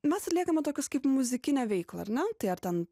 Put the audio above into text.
mes atliekame tokius kaip muzikinę veiklą ar ne tai ar ten